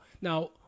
Now